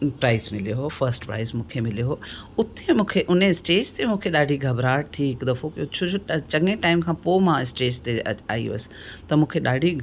prize मिलियो हुओ first prize मूंखे मिलियो हुओ उते मूंखे उन स्टेज ते मूंखे ॾाढी घबराहट थी हिकु दफ़ो की छोजो चङे टाइम खां पोइ मां स्टेज ते आई हुअसि त मूंखे ॾाढी